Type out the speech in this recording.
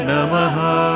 Namaha